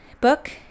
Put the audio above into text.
book